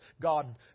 god